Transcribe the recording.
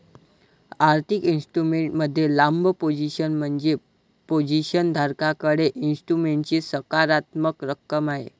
आर्थिक इन्स्ट्रुमेंट मध्ये लांब पोझिशन म्हणजे पोझिशन धारकाकडे इन्स्ट्रुमेंटची सकारात्मक रक्कम आहे